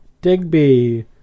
Digby